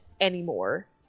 anymore